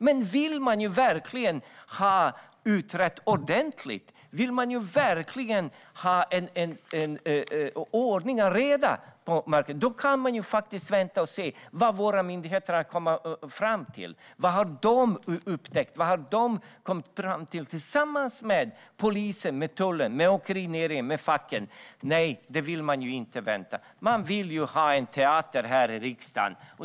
Men vill man ha det utrett ordentligt och vill man ha ordning och reda kan man vänta och se vad polisen, tullen, åkerinäringen och facken tillsammans har kommit fram till. Vad har de upptäckt? Men man vill inte vänta. Man vill ha teater här i riksdagen.